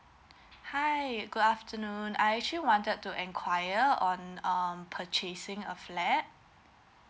hi good afternoon I actually wanted to enquire on um purchasing a flat